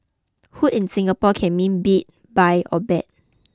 Hoot in Singapore can mean beat buy or bet